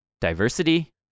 diversity